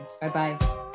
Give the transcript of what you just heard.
Bye-bye